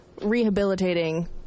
rehabilitating